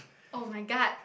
[oh]-my-god